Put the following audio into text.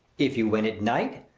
if you went at night,